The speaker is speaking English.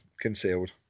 concealed